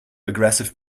aggressive